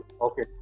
Okay